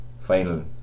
final